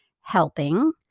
helping